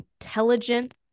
intelligent